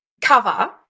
cover